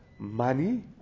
money